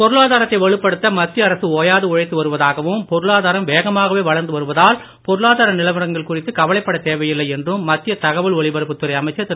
பொருளாதாரத்தை வலுப்படுத்த மத்திய அரசு ஓயாது உழைத்து வருவதாகவும் பொருளாதாரம் வேகமாகவே வளர்ந்து வருவதால் பொருளாதார நிலவரங்கள் குறித்து கவலைப்படத் தேவையில்லை என்றும் மத்திய தகவல் ஒலிபரப்புத் தறை அமைச்சர் திரு